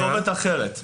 לכתובת אחרת.